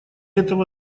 этого